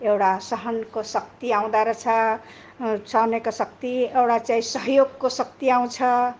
एउटा सहनको शक्ति आउँदोरहेछ सहनेको शक्ति एउटा चाहिँ सहयोगको शक्ति आउँछ